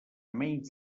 menys